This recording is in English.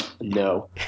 no